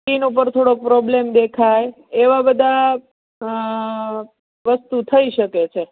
skin ઉપર થોડોક problem દેખાય એવી બધી વસ્તુ થઈ શકે છે